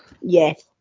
Yes